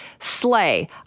slay